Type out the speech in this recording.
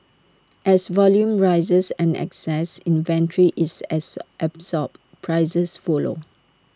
as volume rises and excess inventory is as absorbed prices follow